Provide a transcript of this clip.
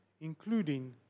including